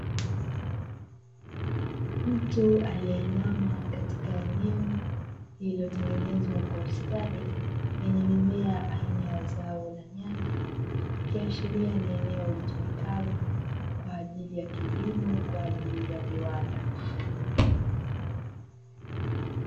Mtu aliyeinama katika eneo lililotengenezwa kwa ustadi yenye mimea ya aina ya zao la nyanya ikiashiria ni eneo litumikalo kwa ajili ya kilimo kwa ajili ya viwanda